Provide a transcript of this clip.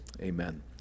Amen